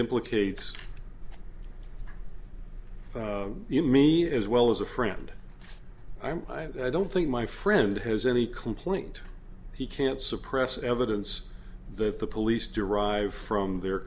implicates me as well as a friend i'm i don't think my friend has any complaint he can't suppress evidence that the police derive from their